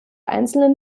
einzelnen